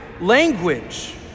language